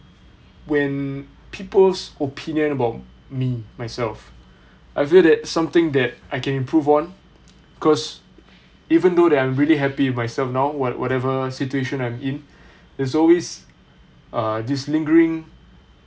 when people's opinion about me myself I feel that something that I can improve on cause even though that I'm really happy with myself now what whatever situation I'm in is always uh this lingering